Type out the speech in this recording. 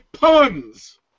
puns